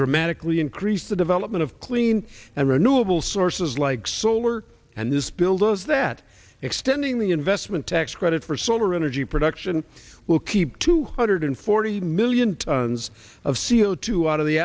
dramatically increase the development of clean and renewable sources like solar and this bill does that extending the investment tax credit for solar energy production will keep two hundred forty million tons of c o two out of the